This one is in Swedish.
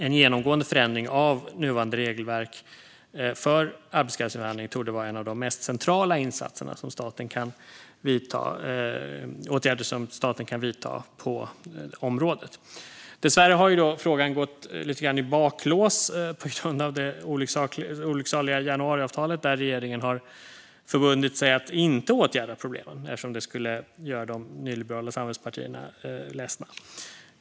En genomgående förändring av nuvarande regelverk för arbetskraftsinvandring torde vara en av de mest centrala åtgärder som staten kan vidta på området. Dessvärre har frågan gått lite grann i baklås på grund av det olycksaliga januariavtalet, där regeringen har förbundit sig att inte åtgärda problemen eftersom det skulle göra de nyliberala samarbetspartierna ledsna.